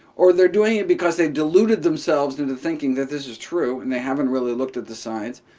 or they're doing it because they've deluded themselves into thinking that this is true and they haven't really looked at the science.